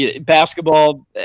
basketball